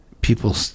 people